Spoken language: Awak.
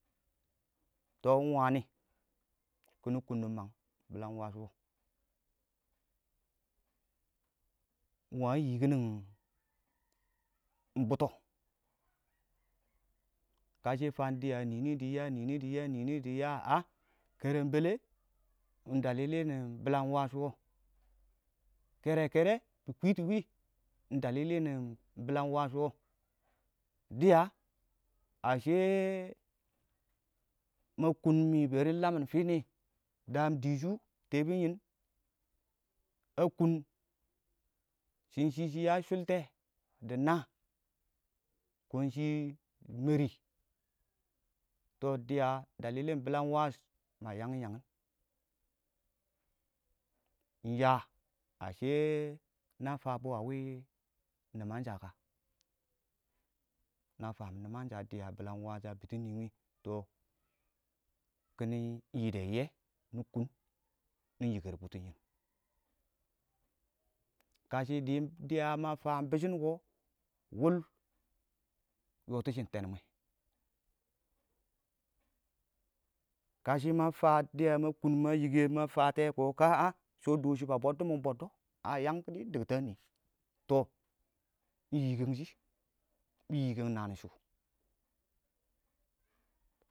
tɔ iɪng wani kiɪnɪ kʊn nɪ mang wɔ iɪng waan yiikin bʊtʊ kashɪ fang dɪya ingnini dɪ ya ingnini dɪya ingnini dɪya kərəngbələ wɔ dɪya ma kʊn mɪ iɪng lamɪn fini dam dishu yebin yɪn shɪn shɪ ya shulte dɪ naa konshi mɛri tɔ dɪya ma yangin yangin ya na fabɔ awi nimansha kə? na faam nimanshaka dɪya a bits nɪ wɪɪn tɔ kiɪnɪ yiide yiyye nɪ kʊn yɪ yikər bitɔn yɪn kashɪ dɪ dɪya ma fam bɪshɪn kɔ wʊl yɔ tishim tɛn mɪ kashima fan dɪya ma kʊn ma yikə ma faate kɔ shɛ dɔshɪ ba bɔdds mɪn bɔdds yang kiɪdɪ iɪng diktin a nii tɔ iɪng kəngshi bɪ yikəng naanshʊ